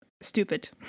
stupid